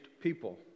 people